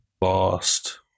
Lost